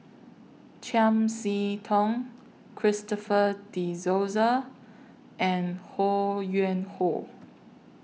Chiam See Tong Christopher De Souza and Ho Yuen Hoe